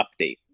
update